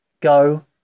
Go